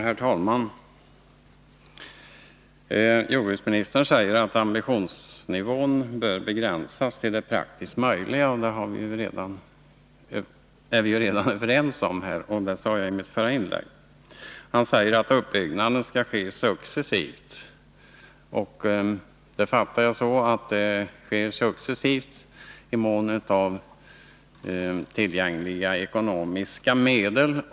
Herr talman! Jordbruksministern säger att ambitionsnivån bör begränsas till det praktiskt möjliga. Det är vi redan överens om, och det sade jag i mitt förra inlägg. Jordbruksministern säger att uppbyggnaden skall ske successivt. Jag fattar det så att det sker successivt i mån av tillgängliga ekonomiska medel.